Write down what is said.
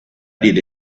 did